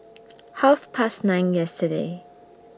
Half Past nine yesterday